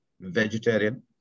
vegetarian